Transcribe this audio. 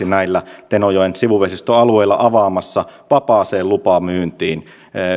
näillä tenojoen sivuvesistöalueilla avaamassa vapaaseen lupamyyntiin